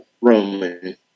Roman